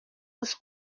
was